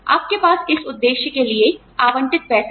आपके पास इस उद्देश्य के लिए आवंटित पैसा है